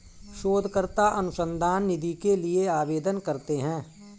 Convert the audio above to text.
शोधकर्ता अनुसंधान निधि के लिए आवेदन करते हैं